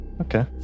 okay